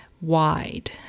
wide